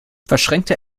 verschränkte